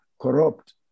corrupt